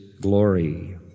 glory